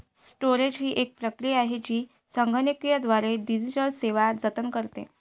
storage ही एक प्रक्रिया आहे जी संगणकीयद्वारे डिजिटल डेटा जतन करते